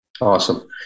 awesome